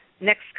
next